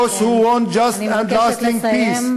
those who want a just and lasting peace,